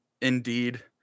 indeed